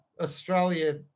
Australia